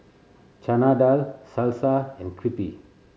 Chana Dal Salsa and Crepe